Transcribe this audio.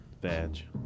badge